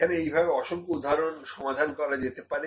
এখানে এইভাবে অসংখ্য উদাহরণ সমাধান করা যেতে পারে